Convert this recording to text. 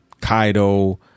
Kaido